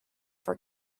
for